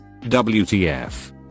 wtf